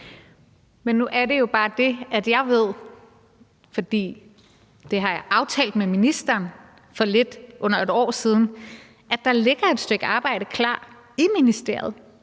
Men nu er det jo bare det, at jeg ved – for det har jeg aftalt med ministeren for lidt under et år siden – at der ligger et stykke arbejde klar i ministeriet,